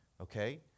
okay